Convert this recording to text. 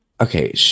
Okay